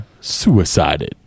suicided